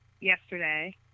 yesterday